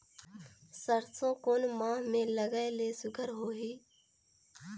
सरसो कोन माह मे लगाय ले सुघ्घर होही?